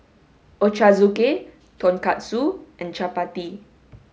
Ochazuke tonkatsu and Chapati